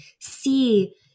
see